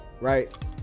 right